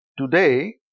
today